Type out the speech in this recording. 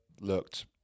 looked